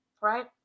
right